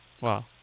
Wow